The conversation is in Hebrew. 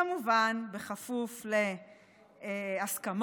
כמובן בכפוף להסכמות,